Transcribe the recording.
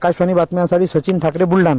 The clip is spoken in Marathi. आकाशवाणी बातम्यांसाठी सचिन ठाकरे ब्लडाणा